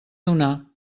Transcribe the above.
donar